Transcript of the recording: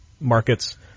markets